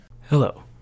Hello